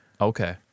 Okay